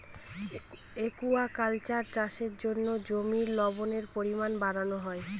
aquaculture চাষের জন্য জমির লবণের পরিমান বাড়ানো হয়